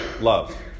love